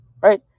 right